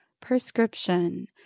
Prescription